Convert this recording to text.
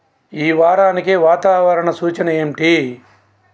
ఈ వారానికి వాతావరణ సూచన ఏంటి